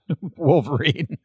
Wolverine